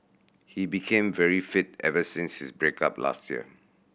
he became very fit ever since his break up last year